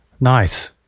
Nice